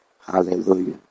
Hallelujah